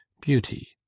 beauty